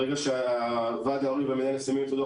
ברגע שוועד ההורים והמנהל מסיימים את הדוח